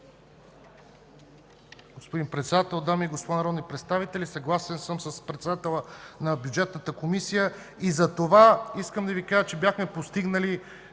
Господин Председател, дами и господа народни представители! Съгласен съм с председателя на Бюджетната комисия. Искам да Ви кажа, че бяхме постигнали